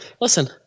Listen